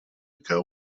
ago